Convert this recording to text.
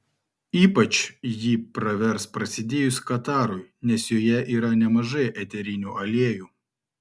ypač ji pravers prasidėjus katarui nes joje yra nemažai eterinių aliejų